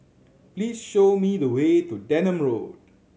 please show me the way to Denham Road